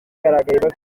zabukuru